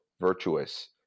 virtuous